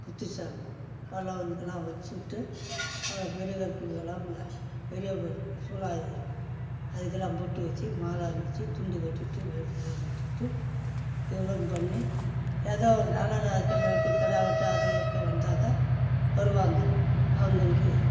புற்று சாமி வல்லவனுக்கெல்லாம் வைச்சுட்டு அதுதான் பெரியகருப்புக்கு எல்லாம் பெரியகருப்புக்கு சூலாயுதம் இருக்குது அதுக்கெல்லாம் பொட்டு வச்சு மாலை அணிவித்து துண்டு கட்டிவிட்டு வேட்டியெல்லாம் கட்டிவிட்டு இவ்வளோவும் பண்ணி ஏதாே ஒரு நல்ல நாள் கெட்ட நாளுக்குப் போய் கிடா வெட்ட அது எடுக்க வந்தாக்கால் வருவாங்க அவர்களுக்கு